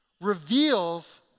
reveals